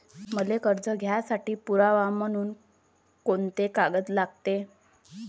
मले कर्ज घ्यासाठी पुरावा म्हनून कुंते कागद लागते?